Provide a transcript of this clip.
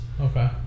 Okay